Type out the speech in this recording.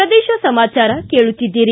ಪ್ರದೇಶ ಸಮಾಚಾರ ಕೇಳುತ್ತಿದ್ದೀರಿ